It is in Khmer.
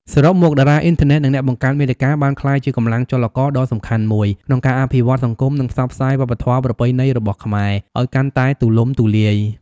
សរុបមក តារាអុីនធឺណិត និងអ្នកបង្កើតមាតិកាបានក្លាយជាកម្លាំងចលករដ៏សំខាន់មួយក្នុងការអភិវឌ្ឍសង្គម និងផ្សព្វផ្សាយវប្បធម៌ប្រពៃណីរបស់ខ្មែរឱ្យកាន់តែទូលំទូលាយ។